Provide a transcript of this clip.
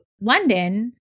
London